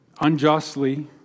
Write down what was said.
unjustly